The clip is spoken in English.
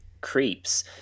creeps